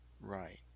right